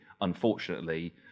Unfortunately